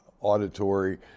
auditory